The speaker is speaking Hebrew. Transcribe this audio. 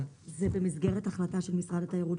הבריאות.